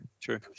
True